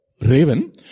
raven